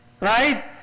right